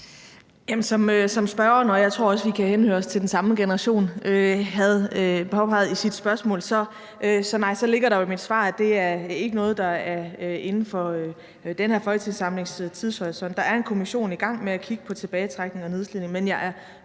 Som spørgeren – og jeg tror også, at vi hører til den samme generation – har påpeget i sit spørgsmål, så nej. Der ligger jo i mit svar, at det ikke er noget, der er inden for den her folketingssamlings tidshorisont. Der er en kommission i gang med at kigge på tilbagetrækning og nedslidning. Men jeg er